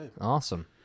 Awesome